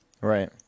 Right